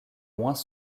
moins